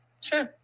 Sure